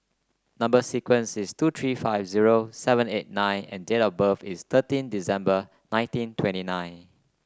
number sequence is two three five zero seven eight nine and date of birth is thirteen December nineteen twenty nine